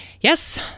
yes